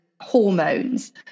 hormones